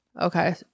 Okay